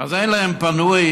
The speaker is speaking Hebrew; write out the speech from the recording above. אז אין להם יום פנוי,